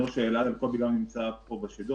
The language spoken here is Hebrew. אני רואה שקובי נמצא פה בשידור.